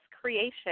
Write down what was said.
creation